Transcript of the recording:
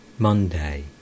Monday